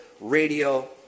radio